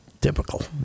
typical